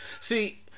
See